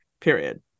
period